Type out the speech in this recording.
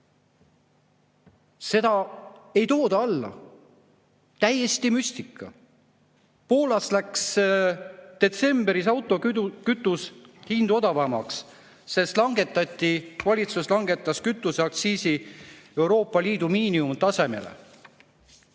seda ei tooda alla. Täiesti müstika! Poolas läks detsembris autokütus odavamaks, sest valitsus langetas kütuseaktsiisi Euroopa Liidu miinimumtasemele.